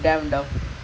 oh ya